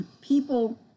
people